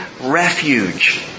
refuge